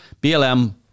BLM